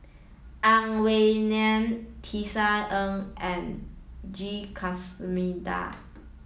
Ang Wei Neng Tisa Ng and G